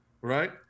right